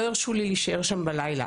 לא הרשו לי להישאר שם בלילה